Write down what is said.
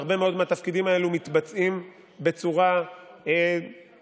והרבה מאוד מהתפקידים האלה מתבצעים בצורה סבירה,